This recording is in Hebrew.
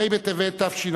ח' בטבת תשע"ב,